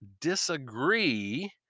disagree